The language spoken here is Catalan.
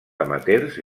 amateurs